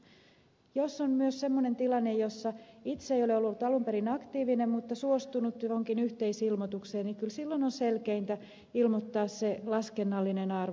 myös jos on semmoinen tilanne jossa itse ei ole ollut alun perin aktiivinen mutta on suostunut johonkin yhteisilmoitukseen niin kyllä silloin on selkeintä ilmoittaa se laskennallinen arvo